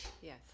yes